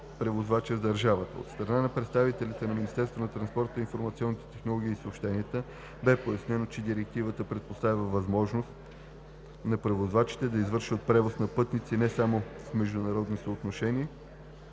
превозвача с държавата. От страна на представителите на Министерството на транспорта, информационните технологии и съобщенията бе пояснено, че Директивата предоставя възможност на превозвачите да извършват превоз на пътници не само в международно съобщение,